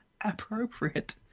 appropriate